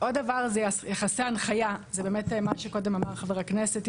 עוד דבר זה יחסי הנחיה מה שקודם אמר חבר הכנסת טור-פז.